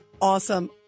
awesome